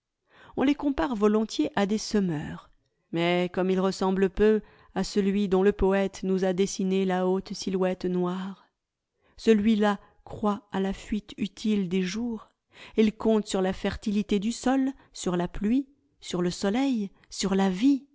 on les compare volontiers à des semeurs mais comme ils ressemblent peu à celui dont le poète nous a dessiné la haute silhouette noire celui-là croit à la fuite utile des jours il compte sur la fertilité du sol sur la pluie sur le soleil sur la vie